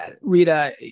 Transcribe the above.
Rita